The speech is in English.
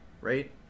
Right